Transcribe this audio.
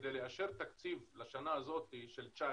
כדי לאשר תקציב לשנה הזאת של 19',